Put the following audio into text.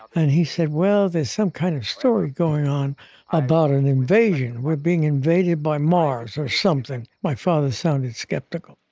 and he said, well, there's some kind of story going on about an invasion. we're being invaded by mars or something. my father sounded skeptical.